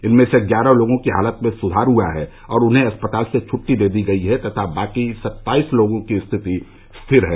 इनमें से ग्यारह लोगों की हालत में सुधार हुआ है और उन्हें अस्पताल से छुट्टी दे दी गई है तथा बाकी सत्ताईस लोगों की स्थिति स्थिर है